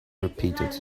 repeated